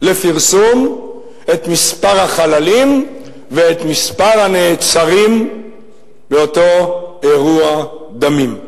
את מספר החללים ואת מספר הנעצרים באותו אירוע דמים.